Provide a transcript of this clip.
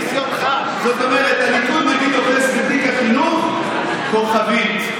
זאת אומרת, הליכוד נגיד אוחז בתיק חינוך, כוכבית: